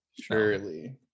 surely